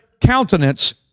countenance